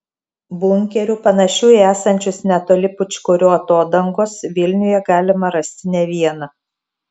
bunkerių panašių į esančius netoli pūčkorių atodangos vilniuje galima rasti ne vieną